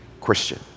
Christian